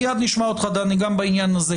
מיד נשמע אותך, דני, בקשר לזה.